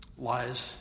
lies